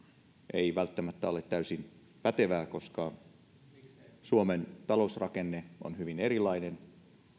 ei välttämättä ole täysin pätevää koska suomen talousrakenne on hyvin erilainen